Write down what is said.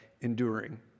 enduring